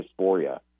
dysphoria